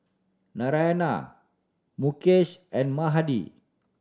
Naraina Mukesh and Mahade